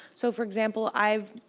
so for example, i've